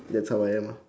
that's how I am ah